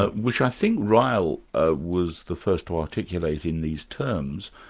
ah which i think ryle ah was the first to articulate in these terms,